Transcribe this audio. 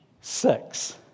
six